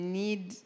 need